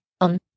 on